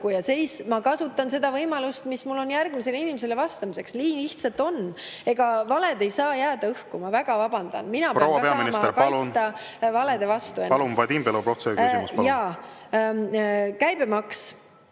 õhku. Ma kasutan seda võimalust, mis mul on järgmisele inimesele vastamisel. Nii lihtsalt on. Ega valed ei saa jääda õhku, ma väga vabandan. Mina pean ka saama kaitsta …… mitte nii,